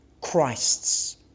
Christ's